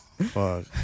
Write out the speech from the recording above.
Fuck